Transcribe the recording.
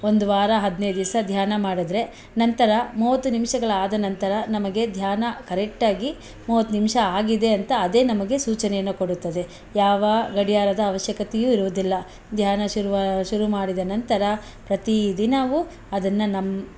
ಒಂದು ವಾರ ಹದ್ನೈದು ದಿವಸ ಧ್ಯಾನ ಮಾಡಿದ್ರೆ ನಂತರ ಮೂವತ್ತು ನಿಮಿಷಗಳಾದ ನಂತರ ನಮಗೆ ಧ್ಯಾನ ಕರೆಕ್ಟಾಗಿ ಮೂವತ್ತು ನಿಮಿಷ ಆಗಿದೆ ಅಂತ ಅದೇ ನಮಗೆ ಸೂಚನೆಯನ್ನು ಕೊಡುತ್ತದೆ ಯಾವ ಗಡಿಯಾರದ ಅವಶ್ಯಕತೆಯೂ ಇರುವುದಿಲ್ಲ ಧ್ಯಾನ ಶುರುವಾ ಶುರು ಮಾಡಿದ ನಂತರ ಪ್ರತಿದಿನವೂ ಅದನ್ನು ನಮ್ಮ